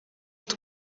kuko